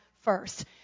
first